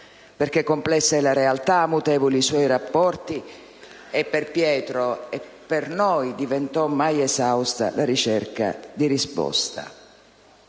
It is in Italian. perché complessa è la realtà e mutevoli i suoi rapporti. E per Pietro e per noi diventò mai esausta la ricerca di risposta.